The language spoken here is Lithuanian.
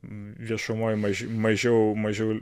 viešumoj maž mažiau mažiau